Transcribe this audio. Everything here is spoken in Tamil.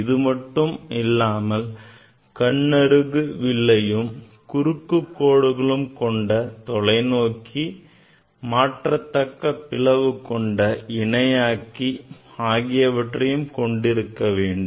இது மட்டுமல்லாமல் கண்ணருகு வில்லையும் குறுக்குக் கோடுகளும் கொண்ட தொலைநோக்கி மாற்றத்தக்க பிளவு கொண்ட இணையாக்கி ஆகியவற்றை கொண்டிருக்க வேண்டும்